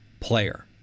player